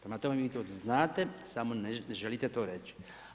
Prema tome vi to znate, samo ne želite to reć.